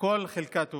כל חלקה טובה.